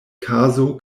kazo